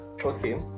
Okay